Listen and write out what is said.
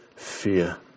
Fear